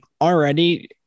already